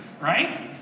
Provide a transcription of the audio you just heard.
right